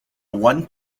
one